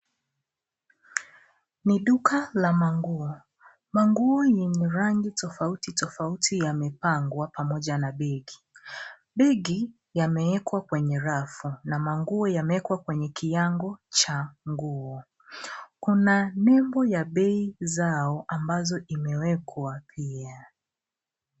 Ni duka la manguo. Manguo yenye rangi tofauti tofauti yamepangwa pamoja na begi. Begi yameekwa kwenye rafu na manguo yameekwa kwenye kiango cha nguo. Kuna nembo ya bei zao ambazo imewekwa pia.